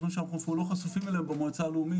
יש משהו שאנחנו לא חשופים אליה במועצה הלאומית